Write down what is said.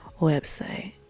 website